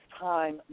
time